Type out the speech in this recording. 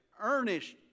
earnest